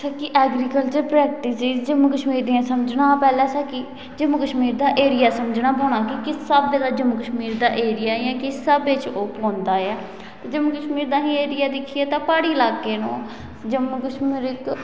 इत्थें कि agriculture practice Jammu Kashmir दियां समझना हा पैह्लें कि जम्मू कश्मीर दा एरिया समझना पौना कि किस स्हाबै दा जम्मू कश्मीर दा एरिया ऐ जां किस स्हाबै च ओह् पौंदा ऐ जम्मू कश्मीर दा अहीं एरिया दिक्खियै तां प्हाड़ी लाके न ओह् जम्मू कश्मीर इक